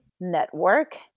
network